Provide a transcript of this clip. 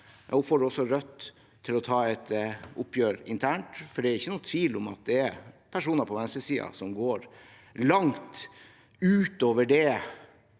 Jeg oppfordrer også Rødt til å ta et oppgjør internt, for det er ingen tvil om at det er personer på venstresiden som går langt utover det